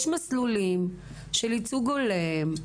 יש מסלולים של ייצוג הולם,